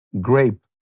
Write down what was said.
grape